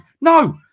No